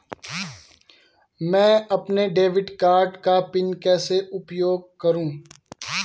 मैं अपने debit card का पिन कैसे उपयोग करूँ?